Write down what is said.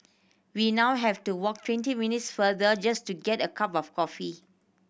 we now have to walk twenty minutes farther just to get a cup of coffee